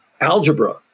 Algebra